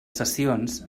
sessions